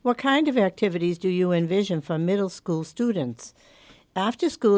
what kind of activities do you envision for middle school students after school